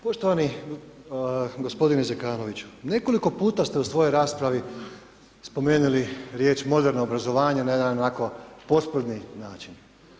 Poštovani gospodine Zekanoviću, nekoliko puta ste u svojoj raspravi spomenuli riječ moderno obrazovanje na jedan, onako, posprdni način.